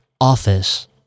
Office